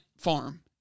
farm